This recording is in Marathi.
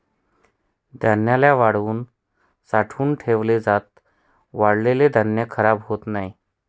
धान्याला वाळवून साठवून ठेवल जात, वाळलेल धान्य खराब होत नाही